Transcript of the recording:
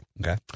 Okay